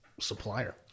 supplier